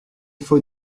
faut